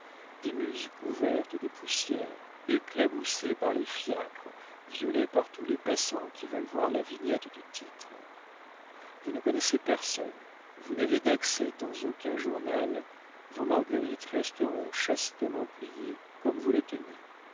des muses couvertes de poussière éclaboussées par les fiacres violées par tous les passants qui veulent voir la vignette du titre vous ne connaissez personne vous n'avez d'accès dans aucun journal vos marguerites resteront chastement pliées comme vous les tenez